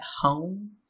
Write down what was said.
home